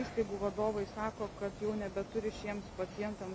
įstaigų vadovai sako kad jau nebeturi šiems pacientam